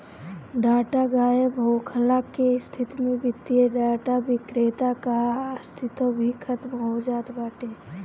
data गायब होखला के स्थिति में वित्तीय डाटा विक्रेता कअ अस्तित्व भी खतम हो जात बाटे